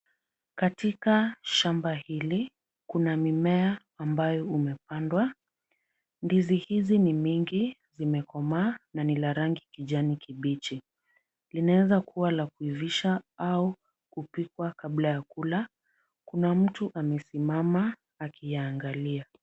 Katika shamba hili, kuna mimea ambayo umepandwa. Ndizi hizi ni mingi, zimekomaa na ni la rangi kijani kibichi. Linaweza kuwa la kuivisha au kupikwa kabla ya kula. Kuna mtu amesimama akiyaangalia.